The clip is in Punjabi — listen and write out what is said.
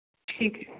ਠੀਕ ਹੈ